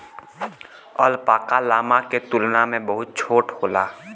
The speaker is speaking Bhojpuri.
अल्पाका, लामा के तुलना में बहुत छोट होला